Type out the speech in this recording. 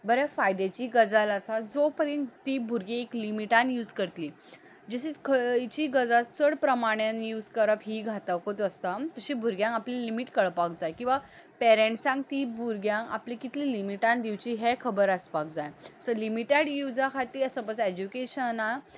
बऱ्या फायद्याची गजाल आसा जो पर्यंत तीं भुरगीं एक लिमिटान यूज करतली जशी खंयची गजाल चड प्रमाणान यूज करप ही घातकूच आसता भुरग्यांक आपली लिमीट कळपाक जाय किंवां पॅरेण्सांक तीं भुरगीं या आपल्या कितल्य लिमिटान दिवची हें खबर आसपाक जाय सो लिमीटेड युजा खातीर ती समज एज्युकेशनान